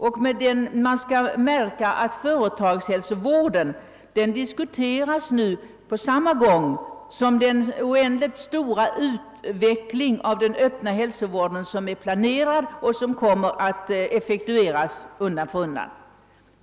Det är emellertid att märka att företagshälsovården diskuteras samtidigt med den mycket stora utbyggnad av den öppna hälsovården som är planerad och som undan för undan kommer att genomföras.